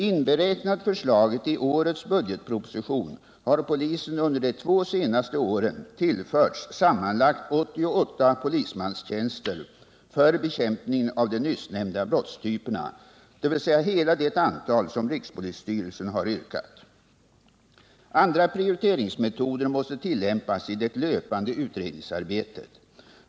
Inberäknat förslaget i årets budgetproposition har polisen under de två senaste åren tillförts sammanlagt 88 polismanstjänster för bekämpningen av de nyssnämnda brottstyperna, dvs. hela det antal som rikspolisstyrelsen har yrkat. Andra prioriteringsmetoder måste tillämpas i det löpande utredningsarbetet.